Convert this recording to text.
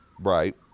Right